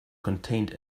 contained